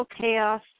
chaos